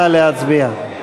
נא להצביע.